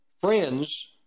friends